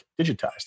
digitized